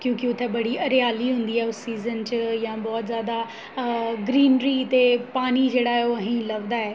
क्योंकि उत्थै बड़ी हरियाली होंदी ऐ उ'स सीज़न च या बहुत ज़्यादा अऽ ग्रीनरी ते पानी जेह्ड़ा ऐ ओह् अ'हेंई लभदा ऐ